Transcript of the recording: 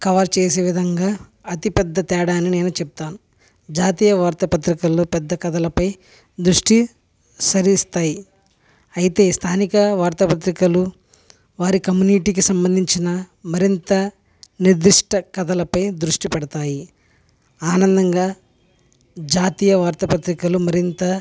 cover చేసే విధంగా అతిపెద్ద తేడా అని నేను చెప్తాను జాతీయ వార్త పత్రికల్లో పెద్ద కథలపై దృష్టి సరిస్తాయి అయితే స్థానిక వార్తాపత్రికలు వారి కమ్యూనిటీకి సంబంధించిన మరింత నిర్దిష్ట కథలపై దృష్టి పెడతాయి ఆనందంగా జాతీయ వార్త పత్రికలు మరింత